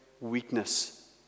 weakness